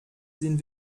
sind